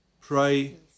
Pray